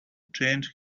change